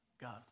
God